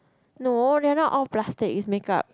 no they are not all plastic it's makeup